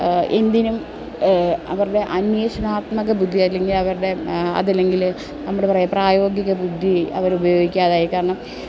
എന്തിനും അവരുടെ അന്വേഷണാത്മക ബുദ്ധി അല്ലെങ്കിൽ അവരുടെ അതല്ലെങ്കിൽ നമ്മുടെ പ്രായോഗിക ബുദ്ധി അവർ ഉപയോഗിക്കാതായി കാരണം